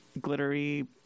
glittery